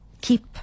keep